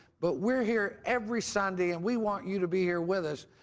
but we're here every sunday and we want you to be here with us.